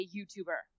YouTuber